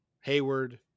Hayward